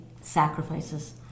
sacrifices